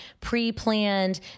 pre-planned